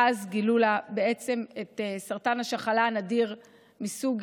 ואז גילו לה סרטן שחלה נדיר מסוג